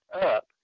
up